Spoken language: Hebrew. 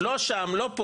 שם מהכיסא.